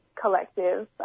collective